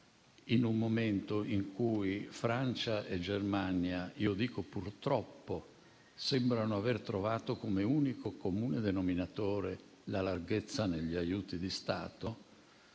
in un momento in cui Francia e Germania - io dico «purtroppo» - sembrano aver trovato come unico comune denominatore la larghezza negli aiuti di Stato,